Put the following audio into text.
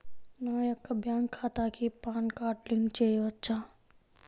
నా యొక్క బ్యాంక్ ఖాతాకి పాన్ కార్డ్ లింక్ చేయవచ్చా?